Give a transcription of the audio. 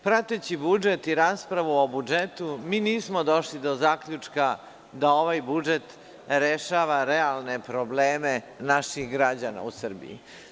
Prateći budžet i raspravu o budžetu mi nismo došli do zaključka da ovaj budžet rešava realne probleme naših građana u Srbiji.